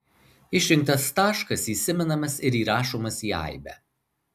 išrinktas taškas įsimenamas ir įrašomas į aibę